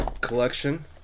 collection